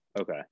Okay